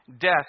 Death